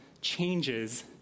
changes